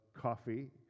coffee